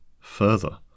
Further